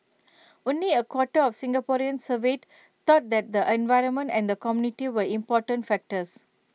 only A quarter of Singaporeans surveyed thought that the environment and the community were important factors